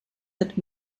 that